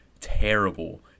terrible